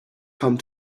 come